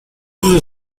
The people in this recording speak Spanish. sus